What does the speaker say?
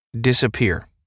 disappear